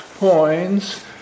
Points